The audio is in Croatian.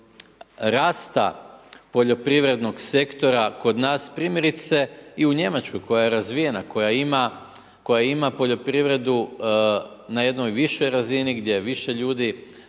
rasta poljoprivrednog sektora kod nas primjerice i u Njemačkoj koja je razvijena, koja ima poljoprivredu na jednoj višoj razini, gdje je više ljudi,